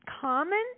common